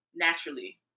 naturally